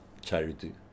charity